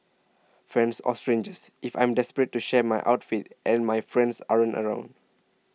friends or strangers if I'm desperate to share my outfit and my friends aren't around